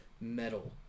metal